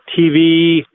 TV